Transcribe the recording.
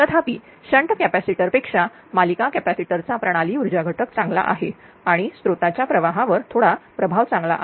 तथापि shunt capacitor पेक्षा मालिका कॅपॅसिटर चा प्रणाली ऊर्जा घटक चांगला आहे आणि स्त्रोताच्या प्रवाहावर थोडा प्रभाव चांगला आहे